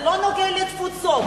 זה לא נוגע לתפוצות.